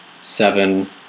Seven